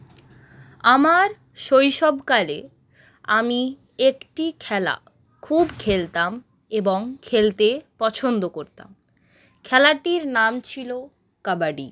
আমার শৈশবকালে আমি একটি খেলা খুব খেলতাম এবং খেলতে পছন্দ করতাম খেলাটির নাম ছিলো কাবাডি